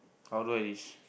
although it is